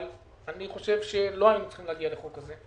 אבל אני חושב שלא היינו צריכים להגיע להצעת החוק הזאת.